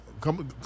come